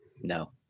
no